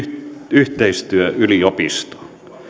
yhteistyöyliopisto